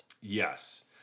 Yes